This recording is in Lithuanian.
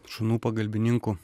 šunų pagalbininkų